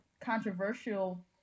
controversial